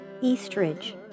Eastridge